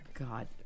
God